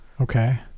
Okay